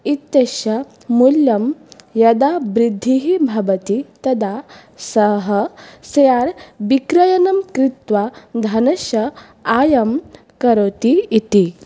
इत्यस्य मूल्यं यदा वृद्धिः भवति तदा सः सेयार् विक्रयणं कृत्वा धनस्य आयं करोति इति